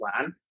land